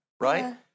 right